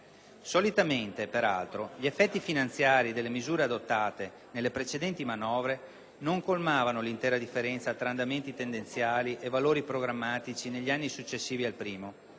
Solitamente, peraltro, gli effetti finanziari delle misure adottate nelle precedenti manovre non colmavano l'intera differenza tra andamenti tendenziali e valori programmatici negli anni successivi al primo.